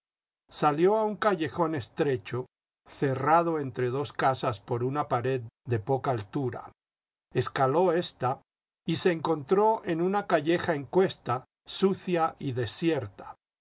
salió a un callejón estrecho cerrado entre dos casas por una pared de poca altura escaló ésta y se encontró en una calleja en cuesta sucia y desierta